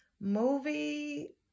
movie